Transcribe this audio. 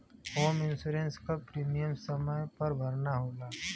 home insurance क premium समय पर भरना होला